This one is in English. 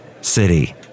city